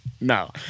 No